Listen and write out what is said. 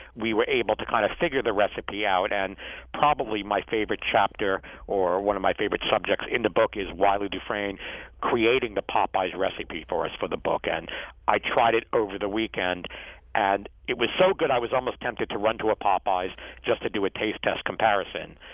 we were able to kind of figure the recipe out and probably my favorite chapter or one of my favorite subjects in the book is wylie dufresne creating the popeyes recipe for us for the book. and i tried it over the weekend and it was so good, i was almost tempted to run to a popeyes just to do a taste test comparison.